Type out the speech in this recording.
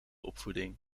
opvoeding